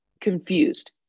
confused